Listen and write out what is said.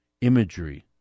imagery